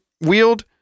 wield